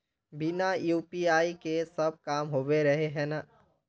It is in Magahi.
बिना यु.पी.आई के सब काम होबे रहे है ना?